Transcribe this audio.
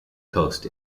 coast